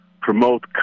promote